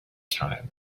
time